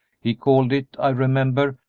he called it, i remember,